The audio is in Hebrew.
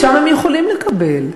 שם הם יכולים לקבל.